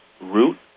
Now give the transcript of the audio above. root